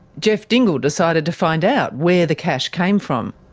geoff dingle decided to find out where the cash came from.